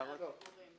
כי הוא אחראי לתחום הזה.